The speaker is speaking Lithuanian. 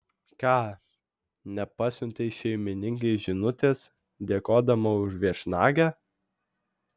ką nepasiuntei šeimininkei žinutės dėkodama už viešnagę